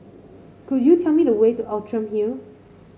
could you tell me the way to Outram Hill